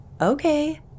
okay